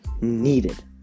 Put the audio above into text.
needed